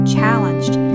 challenged